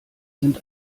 sind